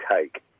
take